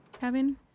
Kevin